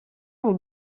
ont